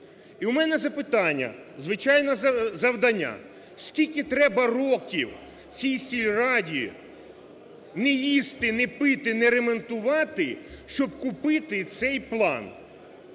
І у мене запитання, звичайно, завдання, скільки треба років цій сільради не їсти, не пити, не ремонтувати, щоб купити цей план?